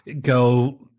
go